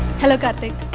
hello! karthik.